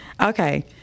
Okay